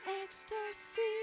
ecstasy